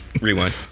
rewind